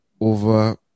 over